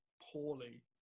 poorly